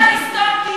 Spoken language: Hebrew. ולסתום פיות.